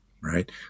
right